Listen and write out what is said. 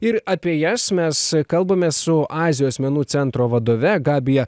ir apie jas mes kalbamės su azijos menų centro vadove gabija